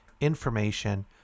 information